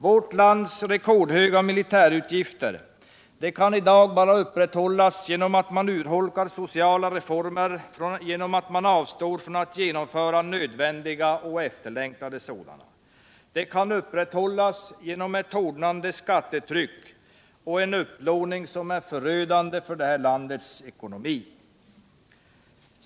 Vårt lands rekordhöga militärutgifter kan i dag bara upprätthållas genom att man urholkar sociala reformer genom att man avstår från att genomföra nödvändiga och efterlängtade sådana. Det kan upprätthållas genom ett hårdnande skattetryck och en upplåning, som är förödande för det här landets ekonomi.